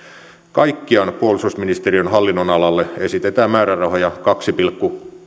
kaikkiaan puolustusministeriön hallinnonalalle esitetään määrärahoja kaksi pilkku